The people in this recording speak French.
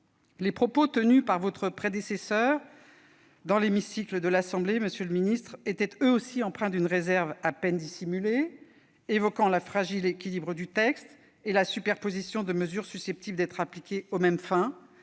Les propos tenus par votre prédécesseure, dans l'hémicycle de l'Assemblée nationale, monsieur le ministre, étaient eux aussi empreints d'une réserve à peine dissimulée, évoquant le fragile équilibre du texte et la superposition de mesures susceptibles d'être appliquées aux mêmes fins.